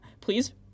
Please